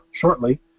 shortly